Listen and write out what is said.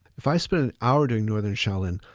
if i spend an hour doing northern shaolin,